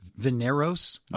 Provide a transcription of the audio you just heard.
Veneros